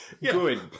Good